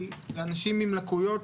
כי לאנשים עם לקויות